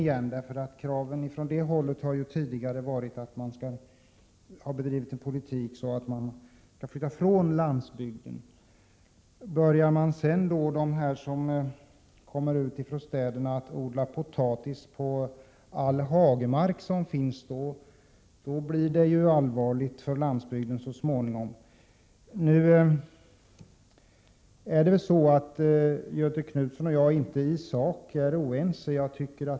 Från moderat håll har man ju tidigare drivit en politik som innebär att man vill att människor flyttar från landsbygden. Men så småningom blir det till allvarligt men för landsbygden att de människor som flyttar dit från städerna börjar odla potatis överallt där det finns hagmark. I sak är Göthe Knutson och jag dock inte oense.